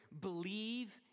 Believe